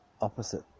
opposite